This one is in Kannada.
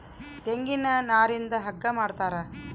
ತೆಂಗಿನ ನಾರಿಂದ ಹಗ್ಗ ಮಾಡ್ತಾರ